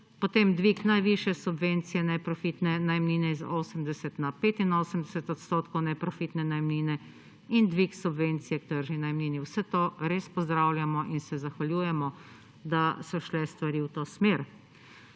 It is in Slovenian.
potem dvig najvišje subvencije neprofitne najemnine iz 80 na 85 odstotkov neprofitne najemnine in dvig subvencije k tržni najemnini vse to res pozdravljamo in se zahvaljujemo, da so šle stvari v to smer.